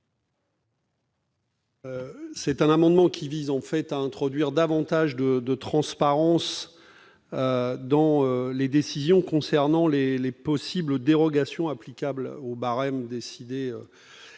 Cet amendement vise à introduire davantage de transparence dans les décisions concernant les possibles dérogations applicables aux barèmes